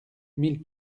mille